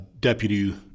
Deputy